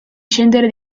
scendere